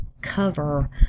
cover